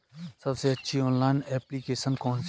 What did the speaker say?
सबसे अच्छी online application कौन सी है?